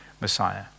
Messiah